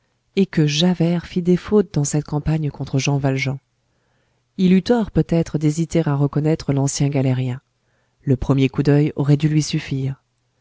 et que javert fit des fautes dans cette campagne contre jean valjean il eut tort peut-être d'hésiter à reconnaître l'ancien galérien le premier coup d'oeil aurait dû lui suffire